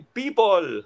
people